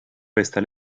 questa